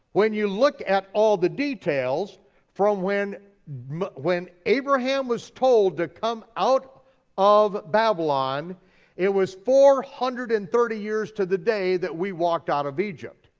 when you look at all the details from when when abraham was told to come out of babylon it was four hundred and thirty years to the day that we walked out of egypt.